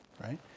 Right